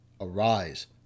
Arise